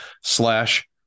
slash